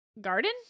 garden